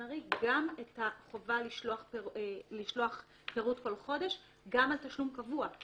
ארי את החובה לשלוח פירוט כל חודש גם על תשלום קבוע.